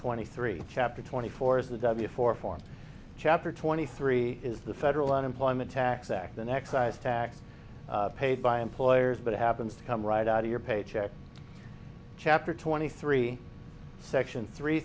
twenty three chapter twenty four is the w four form chapter twenty three is the federal unemployment tax act in excise tax paid by employers but it happens to come right out of your paycheck chapter twenty three section three